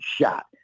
shot